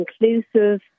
inclusive